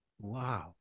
Wow